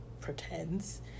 pretends